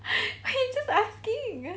you're just asking